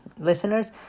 listeners